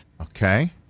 Okay